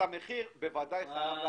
המלט נשר מוכר במחיר נמוך יותר לרשות